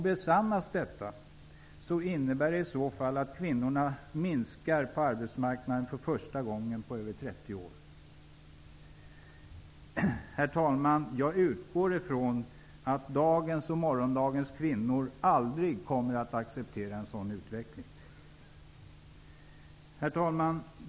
Besannas detta innebär det att antalet kvinnor på arbetsmarknaden minskar för första gången på över 30 år. Herr talman! Jag utgår ifrån att dagens och morgondagens kvinnor aldrig kommer att acceptera en sådan utveckling. Herr talman!